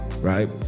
right